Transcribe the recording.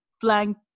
blank